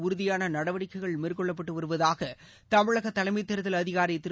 உறுதியான நடவடிக்கைகள் மேற்கொள்ளப்பட்டு வருவதாக தமிழக தலைமைத் தேர்தல் அதிகாரி திரு